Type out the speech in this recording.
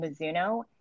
Mizuno